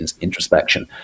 introspection